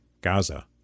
Gaza